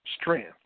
strength